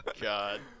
God